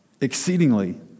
exceedingly